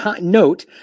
note